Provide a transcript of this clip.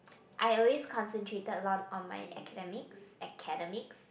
I always concentrated a lot on my academics academics